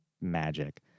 magic